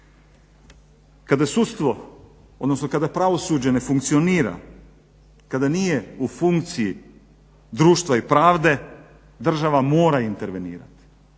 kada sudstvo odnosno kada pravosuđe ne funkcionira, kada nije u funkciji društva i pravde država mora intervenirati.